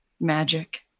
Magic